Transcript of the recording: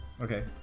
Okay